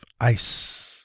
ice